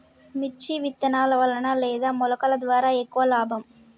మిర్చి విత్తనాల వలన లేదా మొలకల ద్వారా ఎక్కువ లాభం?